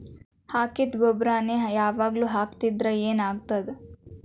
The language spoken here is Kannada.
ಹಾಕಿದ್ದ ಗೊಬ್ಬರಾನೆ ಯಾವಾಗ್ಲೂ ಹಾಕಿದ್ರ ಏನ್ ಆಗ್ತದ?